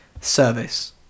service